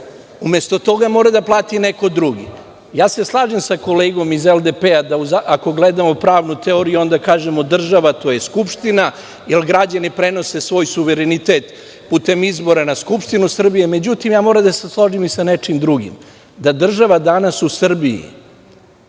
Umesto toga, mora da plati neko drugi. Slažem se sa kolegom iz LDP, ako gledamo pravno teoriju, onda kažemo država to je skupština, jer građani prenose svoj suverenitet putem izbora na Skupštinu Srbije, međutim moram da se složim i sa nečim drugim, da država danas u Srbiji